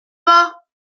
pas